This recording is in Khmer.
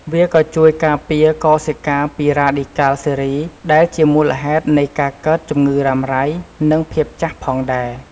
វាក៏ជួយការពារកោសិកាពីរ៉ាឌីកាល់សេរី ដែលជាមូលហេតុមួយនៃការកើតជំងឺរ៉ាំរ៉ៃ និងភាពចាស់ផងដែរ។